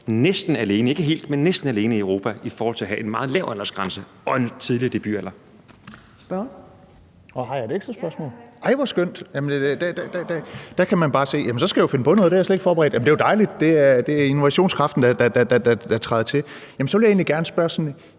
næsten alene i Europa i forhold til at have en meget lav aldersgrænse og en tidlig debutalder.